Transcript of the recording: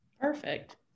Perfect